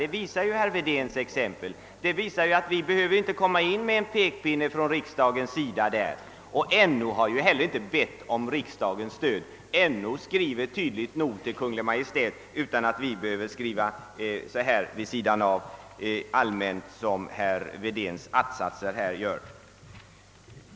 Herr Wedéns exempel visar att vi inte behöver komma med pekpinnar från riksdagens sida. NO har inte bett om riksdagens stöd. NO skriver tydligt nog till Kungl. Maj:t, utan att vi också behöver skriva helt allmänt på det sätt som herr Wedén gör i sina att-satser.